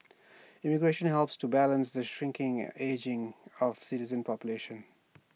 immigration helps to balance the shrinking and ageing of citizen population